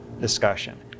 discussion